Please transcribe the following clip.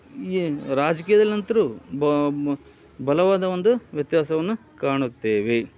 ಏ ರಾಜಕೀಯದಲಂತೂ ಬಲವಾದ ಒಂದು ವ್ಯತ್ಯಾಸವನ್ನ ಕಾಣುತ್ತೇವೆ